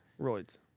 roids